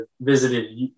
visited